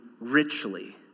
richly